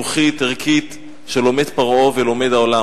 חינוכית-ערכית, שלומד פרעה ולומד העולם.